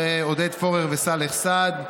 עודד פורר וסאלח סעד,